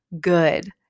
good